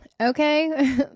okay